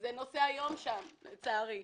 זה נושא היום שם, לצערי.